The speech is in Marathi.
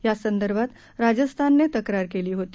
यासंदर्भात राजस्थानने तक्रार केली होती